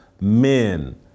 men